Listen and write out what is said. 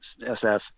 SF